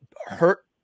hurt